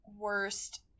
worst